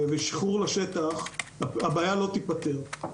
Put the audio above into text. ושחרור לשטח הבעיה לא תיפתר.